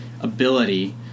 ability